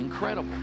Incredible